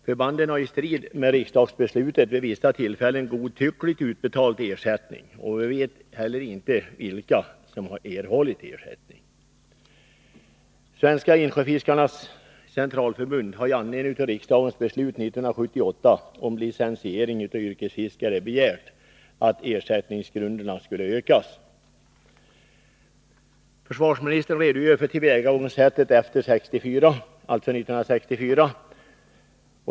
Förbanden har i strid med riksdagsbeslutet vid vissa tillfällen godtyckligt utbetalat ersättning. Vi vet inte heller vilka som har erhållit ersättning. Svenska insjöfiskarenas centralförbund har i anledning av riksdagens beslut 1978 om licensiering av yrkesfiskare begärt att ersättningsgrunderna skall ökas. Försvarsministern redogör för tillvägagångssättet efter 1964.